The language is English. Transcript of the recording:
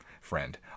Friend